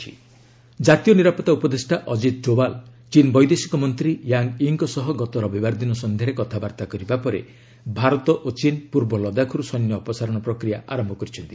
India ଚୀନ୍ disengagement ଜାତୀୟ ନିରାପତ୍ତା ଉପଦେଷ୍ଟା ଅଜିତ୍ ଡୋଭାଲ୍ ଚୀନ୍ ବୈଦେଶିକ ମନ୍ତ୍ରୀ ୟାଙ୍ଗ୍ ୟିଙ୍କ ସହ ଗତ ରବିବାର ଦିନ ସନ୍ଧ୍ୟାରେ କଥାବାର୍ତ୍ତା କରିବା ପରେ ଭାରତ ଓ ଚୀନ୍ ପୂର୍ବ ଲଦାଖରୁ ସୈନ୍ୟ ଅପସାରଣ ପ୍ରକ୍ରିୟା ଆରମ୍ଭ କରିଛନ୍ତି